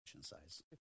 size